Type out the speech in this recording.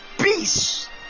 peace